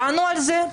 דנו על זה?